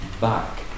back